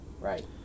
Right